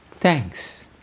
thanks